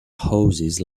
hoses